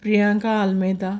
Priyanka Almeida